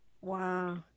Wow